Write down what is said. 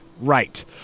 right